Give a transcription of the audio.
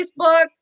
Facebook